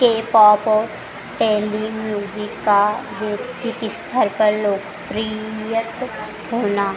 cap ऑफ पेली music का व्यक्ति स्तर पर लोकप्रिय होना